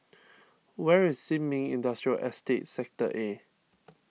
where is Sin Ming Industrial Estate Sector A